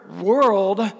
world